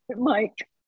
Mike